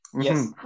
yes